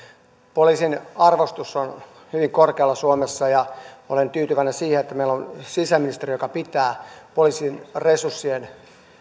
poliisin arvostus on hyvin korkealla suomessa ja olen tyytyväinen siihen että meillä on sisäministeriö joka pitää tärkeänä poliisin resurssien